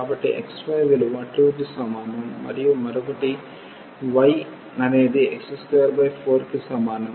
కాబట్టి xy విలువ 2 కి సమానం మరియు మరొకటి y అనేది x24కి సమానం